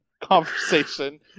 conversation